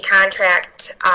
contract